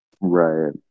right